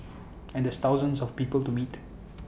and there's thousands of people to meet